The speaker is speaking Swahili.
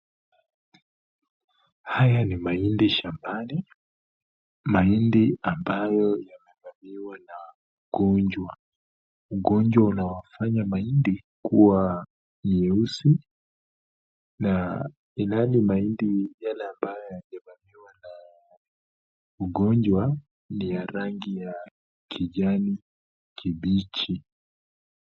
Haya ni mahindi shambani, mahindi ambayo imevamiwa na ugonjwa, ugonjwa unawafanya mahindi kuwa nyeusi na ilhali mahindi yale ambayo hayajavamiwa na ugonjwa ni ya rangi ya kijani kibichi.